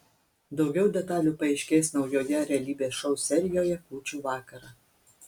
daugiau detalių paaiškės naujoje realybės šou serijoje kūčių vakarą